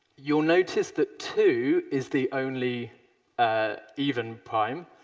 you'll notice that two is the only ah even prime.